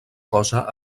cosa